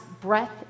breath